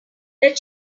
that